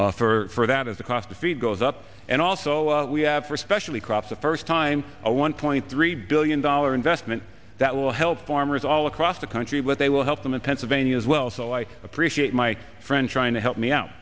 for that as a cost to feed goes up and also we have for especially crops the first time a one point three billion dollar investment that will help farmers all across the country but they will help them in pennsylvania as well so i appreciate my friend trying to help me out